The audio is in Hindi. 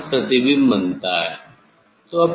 यहां प्रतिबिंब बनता है